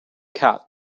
cat